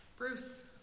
Bruce